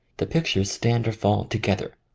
the pictures stand or fall together.